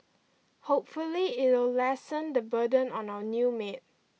hopefully it'll lessen the burden on our new maid